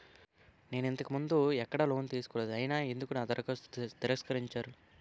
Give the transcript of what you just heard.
నేను ఇంతకు ముందు ఎక్కడ లోన్ తీసుకోలేదు అయినా ఎందుకు నా దరఖాస్తును తిరస్కరించారు?